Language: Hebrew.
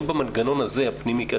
האם במנגנון הזה הפנימי,